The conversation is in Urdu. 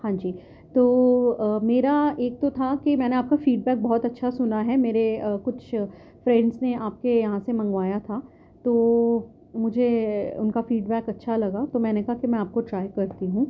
ہاں جی تو میرا ایک تو تھا کہ میں نا آپ کا فیڈ بیک بہت اچھا سنا ہے میرے کچھ فرینڈس نے آپ کے یہاں سے منگوایا تھا تو مجھے ان کا فیڈ بیک اچھا لگا تو میں نے کہا کہ میں آپ کو ٹرائی کرتی ہوں